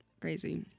Crazy